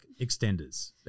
extenders